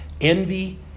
Envy